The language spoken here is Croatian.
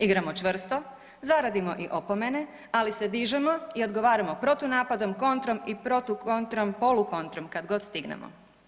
Igramo čvrsto, zaradimo i opomene, ali se dižemo i odgovaramo protunapadom, kontrom i protu kontrom, polukontrom kad god stignemo.